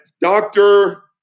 Doctor